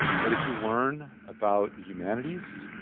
what did you learn about the humanities?